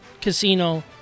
casino